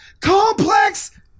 Complex